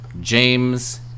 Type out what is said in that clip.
James